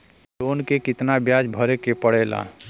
Loan के कितना ब्याज भरे के पड़े ला?